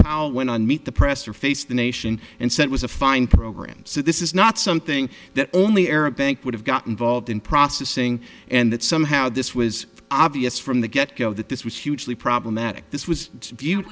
powell went on meet the press or face the nation and said it was a fine program so this is not something that only arab bank would have gotten volved in processing and that somehow this was obvious from the get that this was hugely problematic this was